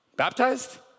Baptized